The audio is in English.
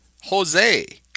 Jose